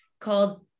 called